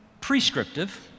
prescriptive